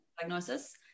diagnosis